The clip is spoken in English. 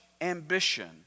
ambition